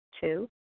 Two